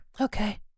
Okay